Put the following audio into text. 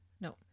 No